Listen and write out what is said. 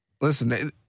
listen